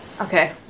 Okay